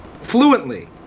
Fluently